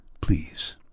please